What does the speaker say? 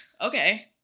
okay